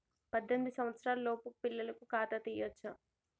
పద్దెనిమిది సంవత్సరాలలోపు పిల్లలకు ఖాతా తీయచ్చా?